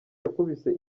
yakubise